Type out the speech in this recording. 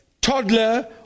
toddler